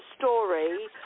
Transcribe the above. story